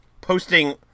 posting